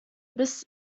biss